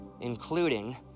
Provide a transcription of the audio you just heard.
including